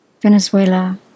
Venezuela